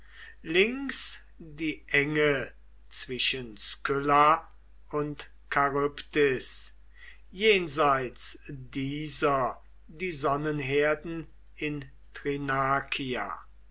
links die enge zwischen skylla und charybdis jenseits diesen die sonnenherden in